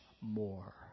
more